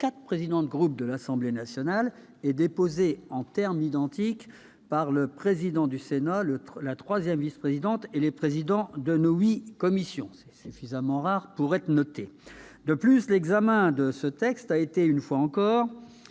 quatre présidents de groupe de l'Assemblée nationale et déposée en termes identiques par le président du Sénat, la troisième vice-présidente et les présidents de nos huit commissions. De plus, l'examen de ce texte a été, une fois encore,